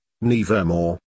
Nevermore